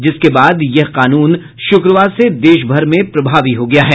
जिसके बाद यह कानून शुक्रवार से देशभर में प्रभावी हो गया है